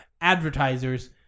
advertisers